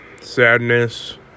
sadness